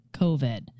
COVID